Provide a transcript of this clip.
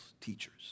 teachers